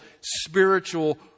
spiritual